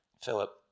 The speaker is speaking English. Philip